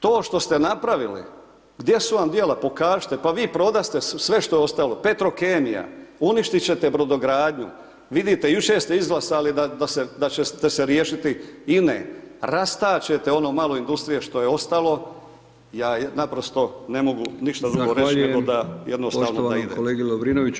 To što ste napravili, gdje su vam djela, pokažite, pa vi prodaste sve što je ostalo, Petrokemija, uništit ćete brodogradnju, vidite, jučer ste izglasali da ćete se riješiti INA-e, rastačete ono malo industrije što je ostalo, ja naprosto ne mogu ništa drugo reć [[Upadica: Zahvaljujem…]] nego da jednostavno…